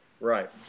Right